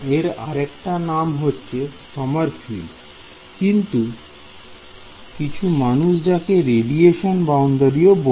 এর আরেকটি নাম হচ্ছে সমারফিল্ড কিছু মানুষ যাকে রেডিয়েশন বাউন্ডারি ও বলে